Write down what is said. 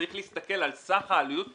צריך להסתכל על סך העלות המשקית.